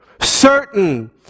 Certain